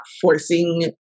forcing